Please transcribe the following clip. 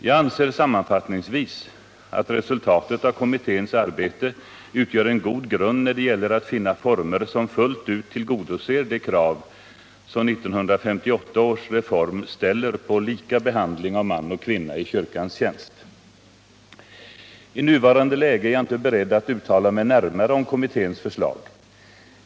Jag anser sammanfattningsvis att resultatet av kommitténs arbete utgör en god grund när det gäller att finna former som fullt ut tillgodoser de krav som 1958 års reform ställer på lika behandling av man och kvinna i kyrkans tjänst. I nuvarande läge är jag inte beredd att uttala mig närmare om kommitténs förslag.